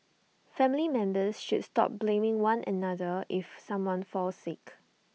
family members should stop blaming one another if someone falls sick